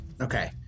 Okay